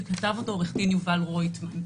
וכתב אותו עו"ד יובל רויטמן.